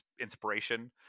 inspiration